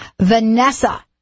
Vanessa